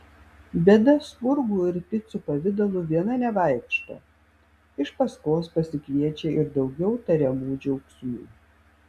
bėda spurgų ir picų pavidalu viena nevaikšto iš paskos pasikviečia ir daugiau tariamų džiaugsmų